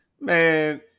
Man